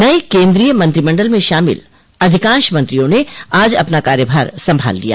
नये केन्द्रीय मंत्रिमंडल में शामिल अधिकांश मंत्रियों ने आज अपना कार्यभार संभाल लिया